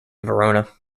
verona